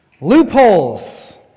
loopholes